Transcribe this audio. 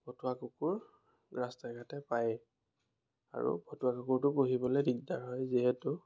ভতুৱা কুকুৰ ৰাস্তাই ঘাটে পায়েই আৰু ভতুৱা কুকুৰটো পুহিবলৈ দিকদাৰ হয় যিহেতু